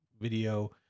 video